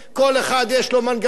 כל אחד יש לו מנגנונים,